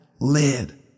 lid